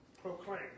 proclaim